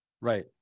Right